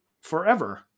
forever